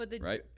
right